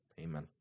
Amen